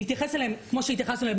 להתייחס אליהם כמו שהתייחסנו אליהם